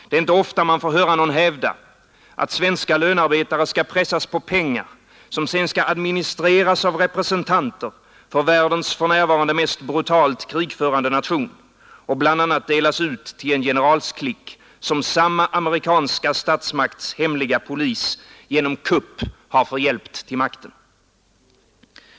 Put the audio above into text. Det är inte ofta man får höra någon hävda, att svenska lönarbetare skall pressas på pengar som sedan skall administreras av representanter för världens för närvarande mest brutalt krigförande nation och bl.a. delas ut till en generalsklick som samma amerikanska statsmakts hemliga polis genom kupp förhjälpt till makten.